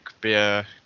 beer